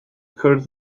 cwrdd